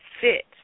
fit